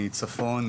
מהצפון,